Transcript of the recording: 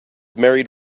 married